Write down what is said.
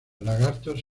lagartos